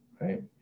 right